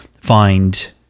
find